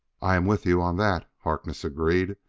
i am with you on that, harkness agreed,